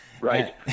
right